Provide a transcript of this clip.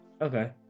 Okay